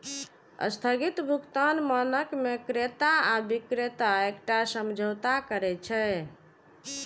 स्थगित भुगतान मानक मे क्रेता आ बिक्रेता एकटा समझौता करै छै